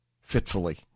fitfully